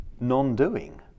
non-doing